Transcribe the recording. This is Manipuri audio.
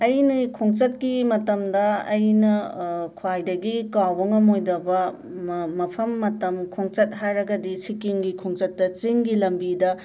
ꯑꯩꯒꯤ ꯈꯣꯡꯆꯠꯀꯤ ꯃꯇꯝꯗ ꯑꯩꯅ ꯈ꯭ꯋꯥꯏꯗꯒꯤ ꯀꯥꯎꯕ ꯉꯝꯃꯣꯏꯗꯕ ꯃ ꯃꯐꯝ ꯃꯇꯝ ꯈꯣꯡꯆꯠ ꯍꯥꯏꯔꯒꯗꯤ ꯁꯤꯀꯤꯝꯒꯤ ꯈꯣꯡꯆꯠꯇ ꯆꯤꯡꯒꯤ ꯂꯝꯕꯤꯗ